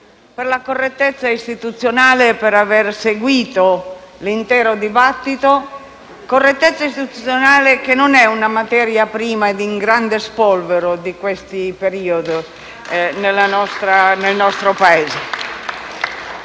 per la correttezza istituzionale che ha mostrato nel voler seguire l'intero dibattito, correttezza istituzionale che non è una materia primaria e in grande spolvero in questo periodo nel nostro Paese.